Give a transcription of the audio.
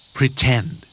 Pretend